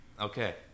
Okay